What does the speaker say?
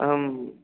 अहं